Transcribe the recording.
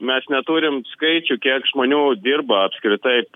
mes neturim skaičių kiek žmonių dirba apskritai